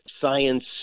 science